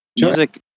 music